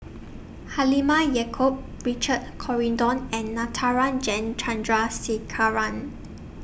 Halimah Yacob Richard Corridon and Natarajan Chandrasekaran